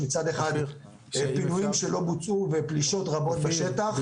מצד אחד יש פינויים שלא בוצעו ופלישות רבות בשטח --- אופיר,